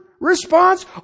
response